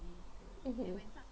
mmhmm